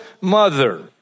mother